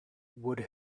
would